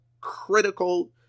critical